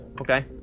Okay